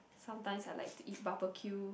sometimes I like to eat barbecue